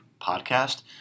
Podcast